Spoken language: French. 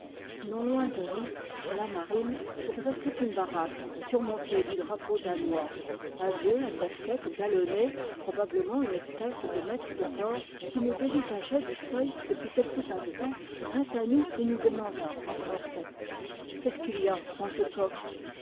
non loin de nous sur la marine se dressait une baraque surmontée du drapeau danois un vieux à casquette galonnée probablement une espèce de maître de port qui nous dévisageait du seuil depuis quelques instants vint à nous et nous demanda en français qu'est-ce qu'il y a dans ce coffre